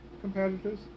competitors